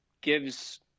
gives